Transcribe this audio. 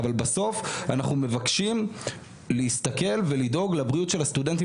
אבל בסוף אנחנו מבקשים להסתכל ולדאוג לבריאות של הסטודנטים